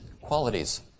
qualities